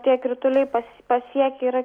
tie krituliai pas pasiekę yra